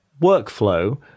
workflow